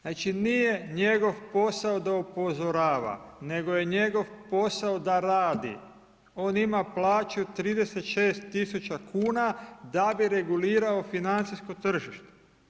Znači nije njegov posao da upozorava nego je njegov posao da radi, on ima plaću 36 tisuća kuna da bi regulirao financijsko tržište.